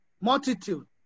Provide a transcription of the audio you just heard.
multitude